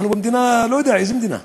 אנחנו במדינה, לא יודע איזו מדינה.